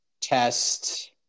test